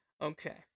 Okay